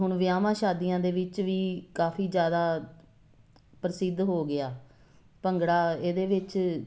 ਹੁਣ ਵਿਆਹਾਂ ਸ਼ਾਦੀਆਂ ਦੇ ਵਿੱਚ ਵੀ ਕਾਫੀ ਜ਼ਿਆਦਾ ਪ੍ਰਸਿੱਧ ਹੋ ਗਿਆ ਭੰਗੜਾ ਇਹਦੇ ਵਿੱਚ